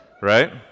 right